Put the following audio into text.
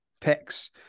picks